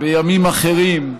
בימים אחרים,